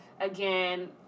again